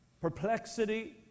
perplexity